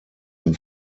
dem